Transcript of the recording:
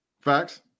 Facts